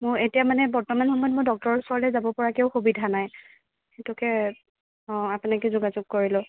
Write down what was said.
মোৰ এতিয়া মানে বৰ্তমান সময়ত মই ডক্টৰৰ ওচৰলৈ যাব পৰাকৈও সুবিধা নাই সেইটোকে অঁ আপোনাকে যোগাযোগ কৰিলোঁ